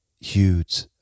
huge